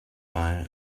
fire